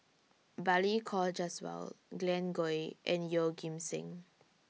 Balli Kaur Jaswal Glen Goei and Yeoh Ghim Seng